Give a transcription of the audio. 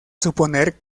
suponer